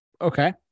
Okay